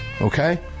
Okay